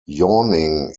yawning